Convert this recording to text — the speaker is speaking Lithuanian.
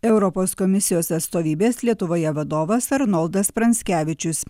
europos komisijos atstovybės lietuvoje vadovas arnoldas pranckevičius